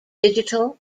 digital